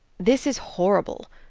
this is horrible.